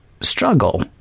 struggle